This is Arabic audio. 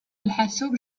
الحاسوب